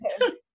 Okay